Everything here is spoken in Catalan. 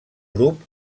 grup